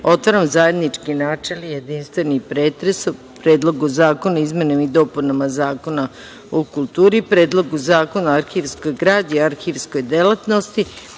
otvaram zajednički, načelni i jedinstveni pretres o Predlogu zakona o izmenama i dopunama Zakona o kulturi, Predlogu zakona o arhivskoj građi i arhivskoj delatnosti